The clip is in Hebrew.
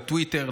בטוויטר,